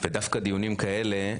דיונים כאלה,